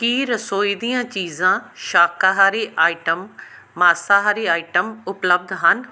ਕੀ ਰਸੋਈ ਦੀਆਂ ਚੀਜ਼ਾਂ ਸ਼ਾਕਾਹਾਰੀ ਆਈਟਮ ਮਾਸਾਹਾਰੀ ਆਈਟਮ ਉਪਲੱਬਧ ਹਨ